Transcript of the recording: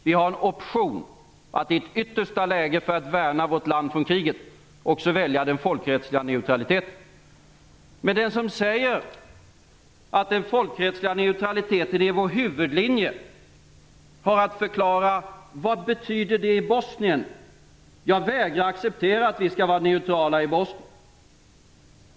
Vi har en option att i ett yttersta läge, för att värna vårt land från kriget, också välja den folkrättsliga neutraliteten. Men den som säger att den folkrättsliga neutraliteten är vår huvudlinje har att förklara: Vad betyder det i Bosnien? Jag vägrar acceptera att vi skall vara neutrala i Bosnien.